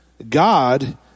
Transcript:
God